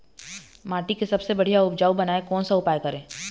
माटी के सबसे बढ़िया उपजाऊ बनाए कोन सा उपाय करें?